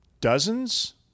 dozens